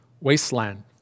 wasteland